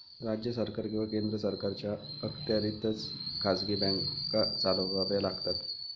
राज्य सरकार किंवा केंद्र सरकारच्या अखत्यारीतच खाजगी बँका चालवाव्या लागतात